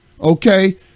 Okay